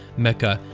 makkah,